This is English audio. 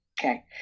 Okay